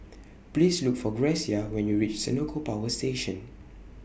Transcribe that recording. Please Look For Grecia when YOU REACH Senoko Power Station